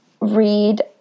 read